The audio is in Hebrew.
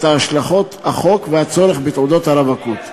השלכות החוק והצורך בתעודות הרווקות.